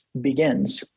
begins